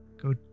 go